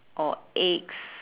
or eggs